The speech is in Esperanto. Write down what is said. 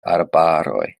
arbaroj